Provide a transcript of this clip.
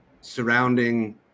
surrounding